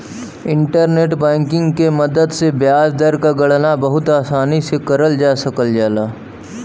internet banking के मदद से ब्याज दर क गणना बहुत आसानी से करल जा सकल जाला